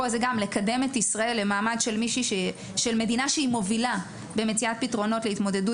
זה גם מקדם את ישראל למעמד של מדינה שמובילה במציאת פתרונות להתמודדות